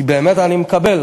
כי באמת אני מקבל,